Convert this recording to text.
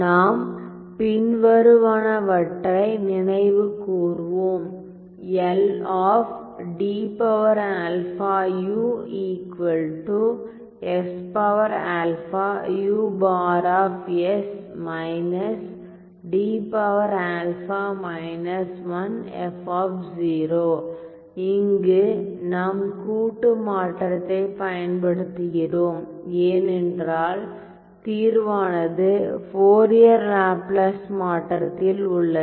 நாம் பின்வருவனவற்றை நினைவுகூர்வோம் இங்கு நாம் கூட்டு மாற்றத்தைப் பயன்படுத்துகிறோம் ஏனென்றால் தீர்வானது ஃபோரியர் லாப்லாஸ் மாற்றத்தில் உள்ளது